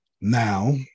Now